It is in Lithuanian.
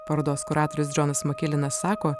parodos kuratorius džonas makilenas sako